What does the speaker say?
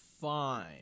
fine